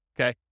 okay